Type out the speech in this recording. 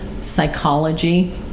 psychology